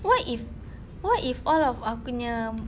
what if what if all of aku punya